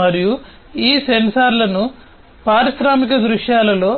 మరియు ఈ సెన్సార్లను పారిశ్రామిక దృశ్యాలలో